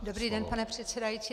Dobrý den, pane předsedající.